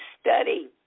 study